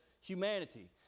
humanity